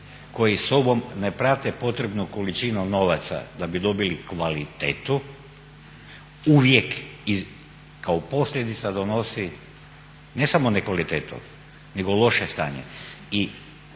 koji sobom ne prate potrebnu količinu novaca da bi dobili kvalitetu uvijek i kao posljedica donosi ne samo nekvalitetu, nego loše stanje.